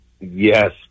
Yes